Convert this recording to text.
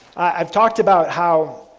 i've talked about how